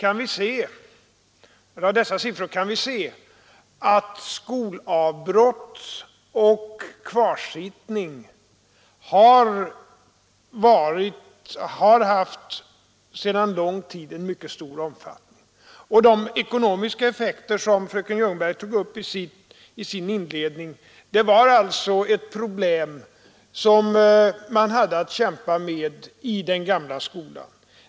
Av dessa siffror kan vi se att skolavbrott och kvarsittning under lång tid har haft mycket stor omfattning. De ekonomiska effekter som fröken Ljungberg tog upp i sin inledning var alltså ett problem som man hade att kämpa med även i den gamla skolan.